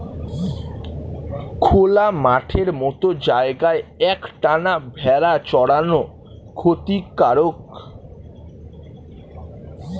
খোলা মাঠের মত জায়গায় এক টানা ভেড়া চরানো ক্ষতিকারক